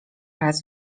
raz